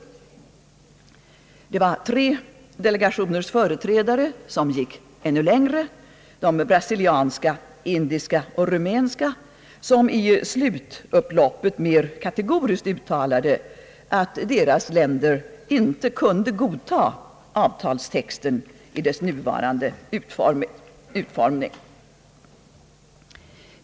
Tre delegationers företrädare — de brasilianska, indiska och rumänska — gick ännu längre och uttalade kategoriskt att deras länder inte kunde godta avtalet i dess nuvarande utformning.